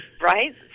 Right